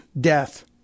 death